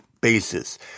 basis